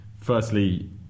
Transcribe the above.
Firstly